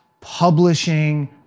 publishing